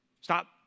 Stop